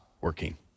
working